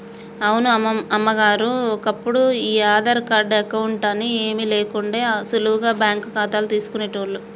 అవును అమ్మగారు ఒప్పుడు ఈ ఆధార్ కార్డు అకౌంట్ అని ఏమీ లేకుండా సులువుగా బ్యాంకు ఖాతాలు తీసుకునేటోళ్లు